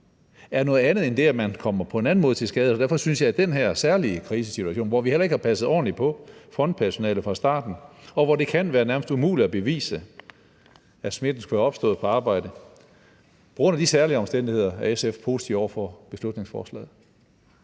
er noget andet end det, at man kommer til skade på en anden måde. Og på grund af de særlige omstændigheder – den her særlige krisesituation, hvor vi heller ikke har passet ordentligt på frontpersonalet fra starten, og hvor det kan være nærmest umuligt at bevise, at smitten skulle være opstået på arbejdet – er SF positiv over for beslutningsforslaget.